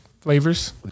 flavors